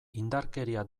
indarkeria